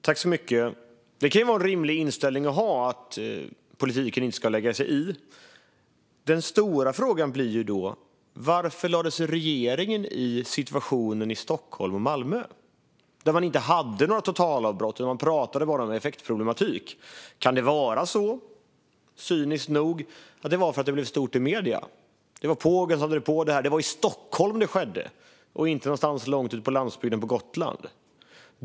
Fru talman! Det kan vara en rimlig inställning att ha att politiken inte ska lägga sig i. Men då blir den stora frågan varför regeringen lade sig i situationen i Stockholm och i Malmö där man inte hade några totalavbrott utan bara pratade om effektproblematik. Kan det vara så, cyniskt nog, att det var för att det blev stort i medierna? Det var Pågen som drev på. Det var i Stockholm det skedde och inte någonstans långt ut på landsbygden på Gotland.